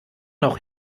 noch